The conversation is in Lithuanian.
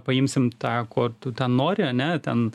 paimsim tą ko tu ten nori ane ten